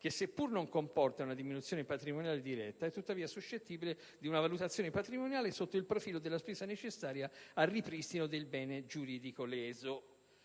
che seppure non comporta una diminuzione patrimoniale diretta è tuttavia suscettibile di una valutazione patrimoniale sotto il profilo della spesa necessaria al ripristino del bene giuridico leso.